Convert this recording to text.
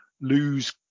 lose